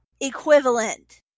equivalent